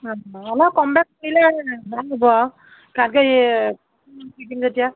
অলপ কম বেছ কৰিলে ভাল হ'ব আৰু দিম এতিয়া